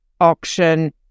auction